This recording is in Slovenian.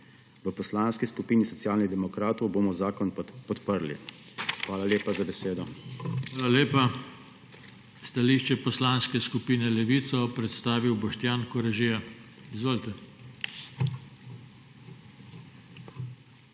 V Poslanski skupini Socialnih demokratov bomo zakon podprli. Hvala lepa za besedo. PODPREDSEDNIK JOŽE TANKO: Hvala lepa. Stališče Poslanske skupine Levica bo predstavil Boštjan Koražija. Izvolite.